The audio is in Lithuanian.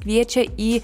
kviečia į